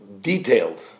detailed